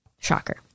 Shocker